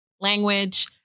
language